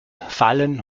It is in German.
fallen